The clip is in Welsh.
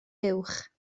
uwch